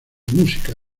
música